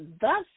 thus